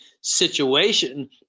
situation